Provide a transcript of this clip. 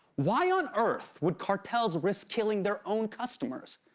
why on earth would cartels risk killing their own customers?